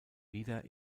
wieder